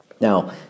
Now